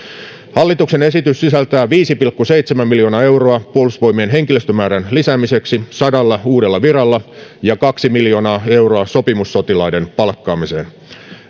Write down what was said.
hallituksen esitys sisältää viisi pilkku seitsemän miljoonaa euroa puolustusvoimien henkilöstömäärän lisäämiseksi sadalla uudella viralla ja kaksi miljoonaa euroa sopimussotilaiden palkkaamiseen